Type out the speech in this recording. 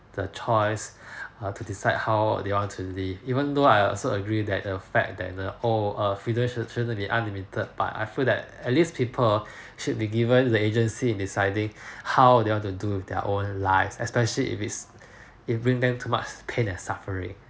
the choice err to decide how they want to live even though I also agree that the fact that the oh uh freedom should shouldn't be unlimited but I feel that at least people should be given the agency in deciding how they want to do with their own lives especially if it's it bring them too much pain to suffering